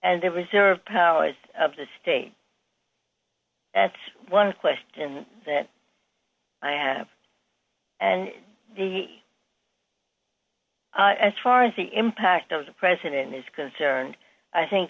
and the reserve powers of the state that's one question that i have and the as far as the impact of the president is concerned i think